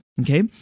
Okay